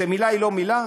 שמילה היא לא מילה?